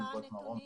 מלגות 'מרום',